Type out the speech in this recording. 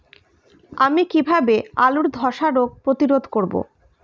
আমি কিভাবে আলুর ধ্বসা রোগ প্রতিরোধ করব?